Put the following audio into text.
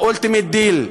ה-ultimate deal.